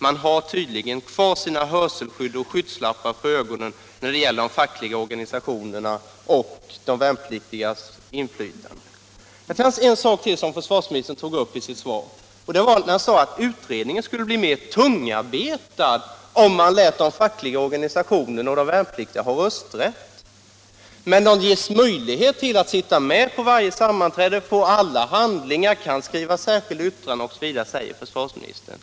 Man har tydligen kvar sina hörselskydd och skygglappar för ögonen när det gäller de fackliga organisationernas och de värnpliktigas inflytande. Försvarsministern tog upp ytterligare en sak i sitt svar och påstod att utredningen skulle bli mer tungarbetad, om man lät de fackliga organisationerna och de värnpliktiga ha rösträtt. Men de ges möjlighet att sitta med på varje sammanträde, de får alla handlingar, de kan skriva särskilda yttranden osv., säger försvarsministern.